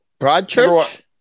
Broadchurch